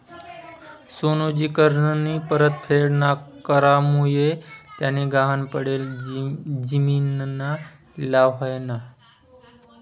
सोनूनी कर्जनी परतफेड ना करामुये त्यानी गहाण पडेल जिमीनना लिलाव व्हयना